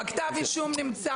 כתב האישום נמצא